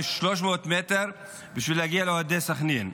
300 מטר בשביל להגיע לאוהדי סח'נין?